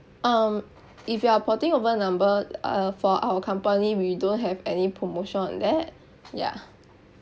um if you are porting over number uh for our company we don't have any promotion on that ya